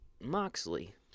Moxley